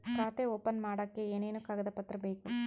ಖಾತೆ ಓಪನ್ ಮಾಡಕ್ಕೆ ಏನೇನು ಕಾಗದ ಪತ್ರ ಬೇಕು?